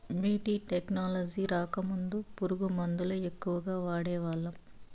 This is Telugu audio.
బీ.టీ టెక్నాలజీ రాకముందు పురుగు మందుల ఎక్కువగా వాడేవాళ్ళం